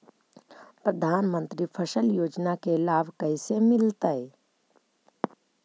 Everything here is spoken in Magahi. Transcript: प्रधानमंत्री फसल योजना के लाभ कैसे मिलतै?